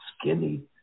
skinny